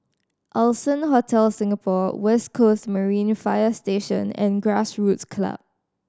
Allson Hotel Singapore West Coast Marine Fire Station and Grassroots Club